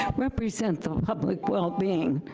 represent the public well-being,